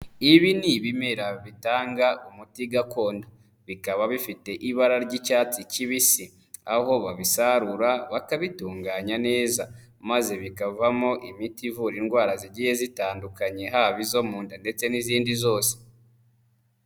Ibi ni ibimera bitanga umuti gakondo bikaba bifite ibara ry'icyatsi kibisi, aho babisarura bakabitunganya neza maze bikavamo imiti ivura indwara zigiye zitandukanye, haba izo mu nda ndetse n'izindi zose.